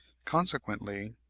consequently,